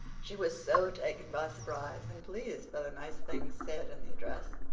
she was so taken by surprise and pleased by the nice things said in the address,